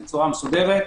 בצורה מסודרת.